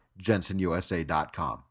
JensenUSA.com